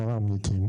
השר"מניקים